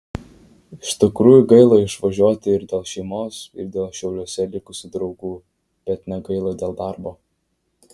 iš tikrųjų gaila išvažiuoti ir dėl šeimos ir dėl šiauliuose likusių draugų bet negaila dėl darbo